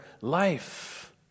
life